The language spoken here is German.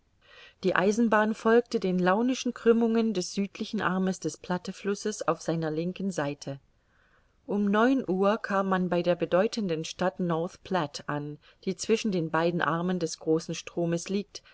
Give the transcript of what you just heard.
die eisenbahn folgte den launischen krümmungen des südlichen armes des platte flusses auf seiner linken seite um neun uhr kam man bei der bedeutenden stadt north platte an die zwischen den beiden armen des großen stromes liegt